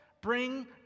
bring